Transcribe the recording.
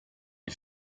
ich